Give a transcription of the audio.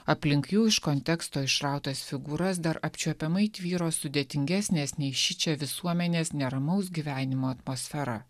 aplink jų iš konteksto išrautas figūras dar apčiuopiamai tvyro sudėtingesnės nei šičia visuomenės neramaus gyvenimo atmosfera